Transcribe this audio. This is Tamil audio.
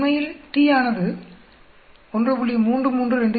உண்மையில் t ஆனது 1